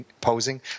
posing